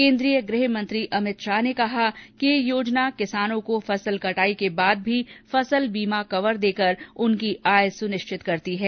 केन्द्रीय गृहमंत्री अमित शाह ने कहा कि यह योजना किसानों को फसल कटाई के बाद भी फसल बीमा कवर देकर उनकी आय सुनिश्चित करती है